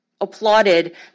applauded